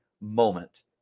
moment